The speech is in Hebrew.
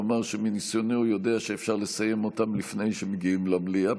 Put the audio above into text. לומר שמניסיונו הוא יודע שאפשר לסיים אותם לפני שמגיעים למליאה.